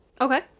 Okay